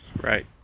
Right